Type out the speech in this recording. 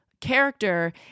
character